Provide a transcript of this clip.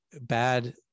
bad